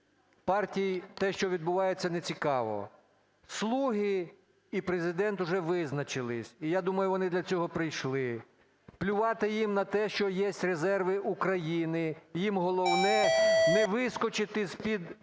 партій те, що відбувається, не цікаво. "Слуги" і Президент уже визначились, і я думаю, вони для цього і прийшли. Плювати їм на те, що є резерви України, їм головне – не вискочити з-під